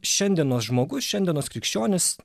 šiandienos žmogus šiandienos krikščionys